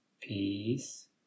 Peace